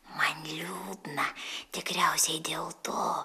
man liūdna tikriausiai dėl to